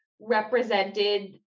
represented